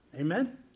Amen